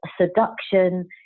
seduction